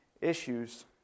issues